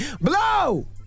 Blow